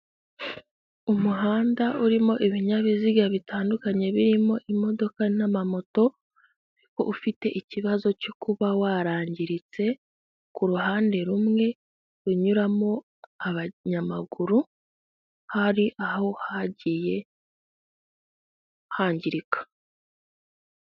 Umuhanda urimo ibinyabiziga bitandukanye birimo imodoka n'amamoto kuko ufite ikibazo cyo kuba warangiritse, ku ruhande rumwe runyuramo abanyamaguru hari ahagiye hangirika.